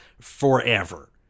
forever